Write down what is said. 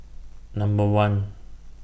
Number one